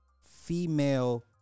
female